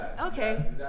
okay